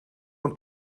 een